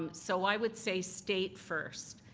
um so i would say state first.